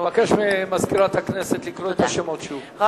אבקש ממזכירת הכנסת לקרוא את השמות שוב.